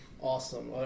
awesome